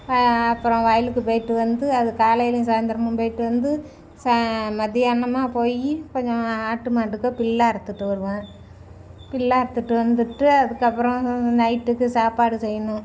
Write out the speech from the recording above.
அப்புறோம் வயலுக்கு போயிட்டு வந்து அது காலைலியும் சாயந்தரமும் போயிட்டு வந்து சா மத்தியானமா போய் கொஞ்சம் ஆட்டு மாட்டுக்கு புல்ல அறுத்துட்டு வருவேன் புல்ல அறுத்துட்டு வந்துட்டு அதுக்கப்புறோம் நைட்டுக்கு சாப்பாடு செய்யணும்